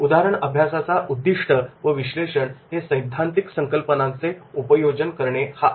उदाहरण अभ्यासाचा उद्दिष्ट व विश्लेषण हे सैद्धांतिक संकल्पनांचे उपयोजन करणे हा आहे